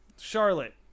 Charlotte